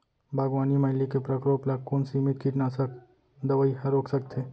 बागवानी म इल्ली के प्रकोप ल कोन सीमित कीटनाशक दवई ह रोक सकथे?